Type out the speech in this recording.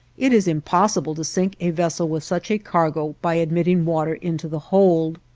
it is impossible to sink a vessel with such a cargo by admitting water into the hold.